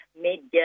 media